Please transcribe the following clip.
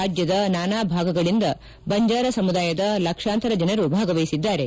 ರಾಜ್ದದ ನಾನಾ ಭಾಗಗಳಿಂದ ಬಂಜಾರ ಸಮುದಾಯದ ಲಕ್ಷಾಂತರ ಜನರು ಭಾಗವಹಿಸಿದ್ದಾರೆ